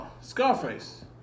Scarface